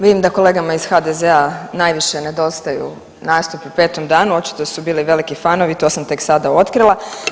Vidim da kolegama iz HDZ-a najviše nedostaju nastupi u 5 danu očito su bili veliki fanovi to sam tek sada otkrila.